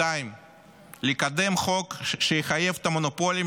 2. לקדם חוק שיחייב את המונופולים,